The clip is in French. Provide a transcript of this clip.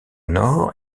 nord